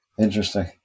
Interesting